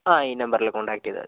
ആ ഈ നമ്പറിൽ കോൺടാക്ട് ചെയ്താൽ മതി